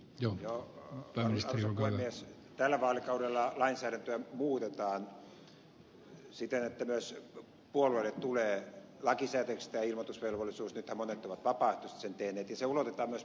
joo joo kyllä se on myös tällä vaalikaudella lainsäädäntöä muutetaan siten että myös puolueelle tulee lakisääteiseksi tämä ilmoitusvelvollisuus nythän monet ovat vapaaehtoisesti sen tehneet ja se ulotetaan myös paikallistasolle